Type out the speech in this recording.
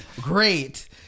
Great